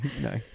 no